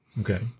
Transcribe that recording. okay